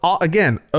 again